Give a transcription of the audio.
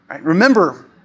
Remember